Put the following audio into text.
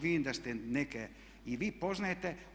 Vidim da ste neke i vi poznajete.